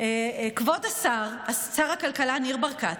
אדוני השר דיבר,